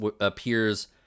appears